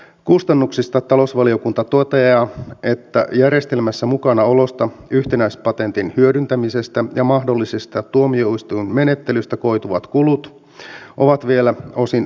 kustannuksista talousvaliokunta toteaa että järjestelmässä mukanaolosta yhtenäispatentin hyödyntämisestä ja mahdollisesta tuomioistuinmenettelystä koituvat kulut ovat vielä osin sopimatta